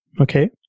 Okay